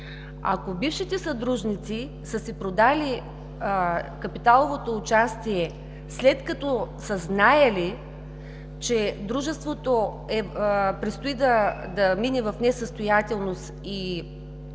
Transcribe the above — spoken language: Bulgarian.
Ако бившите съдружници са си продали капиталовото участие, след като са знаели, че дружеството предстои да мине в несъстоятелност,